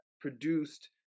produced